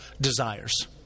desires